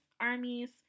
armies